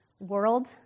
world